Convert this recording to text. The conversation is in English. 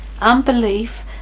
Unbelief